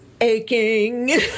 aching